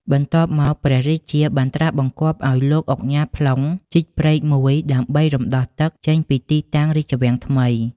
បន្ទាប់មកព្រះរាជា បានត្រាសបង្គាប់ឱ្យ លោកឧញ៉ាផ្លុង ជីកព្រែកមួយដើម្បីរំដោះទឹកចេញពីទីតាំងរាជវាំងថ្មី ។